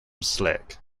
slick